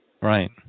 Right